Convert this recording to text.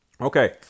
Okay